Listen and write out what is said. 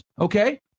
Okay